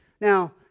Now